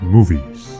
Movies